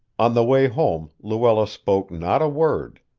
on the way home luella spoke not a word,